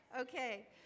Okay